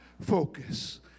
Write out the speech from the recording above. focus